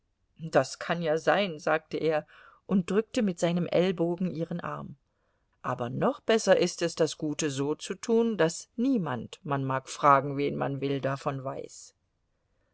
das kann ja sein sagte er und drückte mit seinem ellbogen ihren arm aber noch besser ist es das gute so zu tun daß niemand man mag fragen wen man will davon weiß